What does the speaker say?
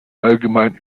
allgemein